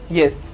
yes